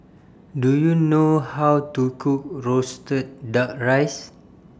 Do YOU know How to Cook Roasted Duck Rice